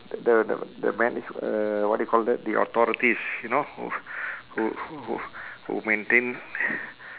the the the manage uh what you call that the authorities you know who who who who maintain